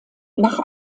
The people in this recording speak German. nach